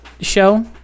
show